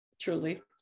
truly